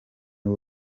w’u